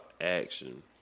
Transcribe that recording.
action